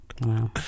Wow